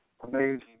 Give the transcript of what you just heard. amazing